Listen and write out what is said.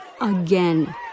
Again